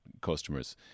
customers